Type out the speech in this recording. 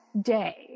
day